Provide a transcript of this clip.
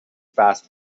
fast